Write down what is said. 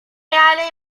reale